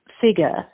figure